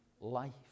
life